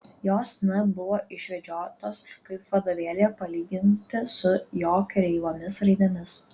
jos n buvo išvedžiotos kaip vadovėlyje palyginti su jo kreivomis raidėmis